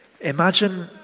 imagine